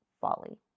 folly